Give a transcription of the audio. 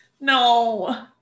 no